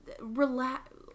relax